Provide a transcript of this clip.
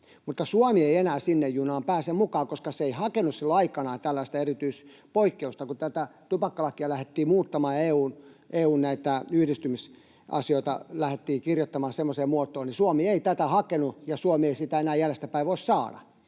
Mutta Suomi ei enää sinne junaan pääse mukaan, koska se ei hakenut silloin aikoinaan tällaista erityispoikkeusta. Kun tupakkalakia lähdettiin muuttamaan ja EU:n yhdistymisasioita lähdettiin kirjoittamaan semmoiseen muotoon, niin Suomi ei tätä hakenut, ja Suomi ei sitä enää jäljestäpäin voi saada.